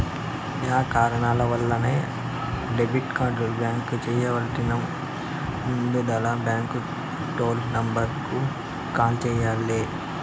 yeah కారణాలవల్లైనా debit card block చెయ్యాలంటే ముందల బాంకు టోల్ నెంబరుకు కాల్ చెయ్యాల్ల